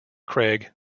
craig